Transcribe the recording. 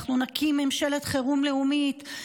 אנחנו נקים ממשלת חירום לאומית,